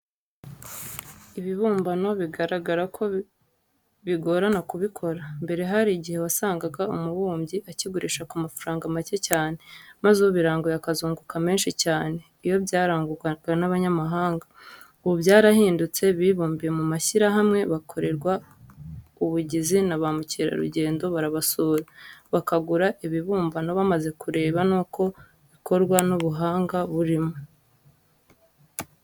Ibibumbano bigaragara ko bigorana kubikora, mbere hari igihe wasangaga umubumbyi akigurisha ku mafaranga make cyane, maze ubiranguye akazunguka menshi cyane iyo byagurwaga n'abanyamahanga, ubu byarahindutse bibumbiye mu mashyirahamwe, bakorerwa ubugizi na ba mukerarugendo barabasura, bakagura ibibumbano bamaze kureba n'uko bikorwa n'ubuhanga burimo.